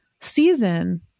season